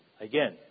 again